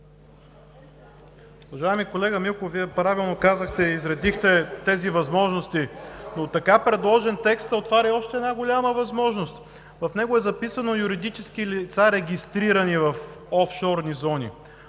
Уважаеми колега Милков, Вие правилно казахте и изредихте възможностите, но така предложен текстът отваря още една голяма възможност. В него е записано: „юридически лица, регистрирани в офшорни зони“,